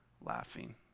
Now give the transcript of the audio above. laughing